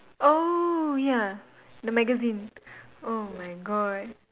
oh ya the magazine oh my god